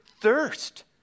thirst